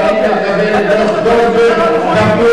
אבל אתה יודע שזה דמגוגיה.